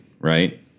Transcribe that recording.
right